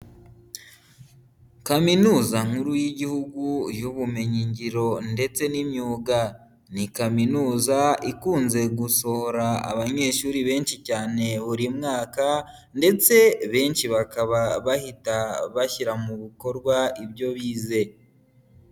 Kaminuza nkuru y'Igihugu y'ubumenyingiro ndetse n'imyuga, ni kaminuza ikunze gusohora abanyeshuri benshi cyane buri mwaka, ndetse benshi bakaba bahita bashyira mu bikorwa ibyo bize.